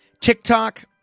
TikTok